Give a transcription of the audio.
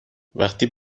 وقتی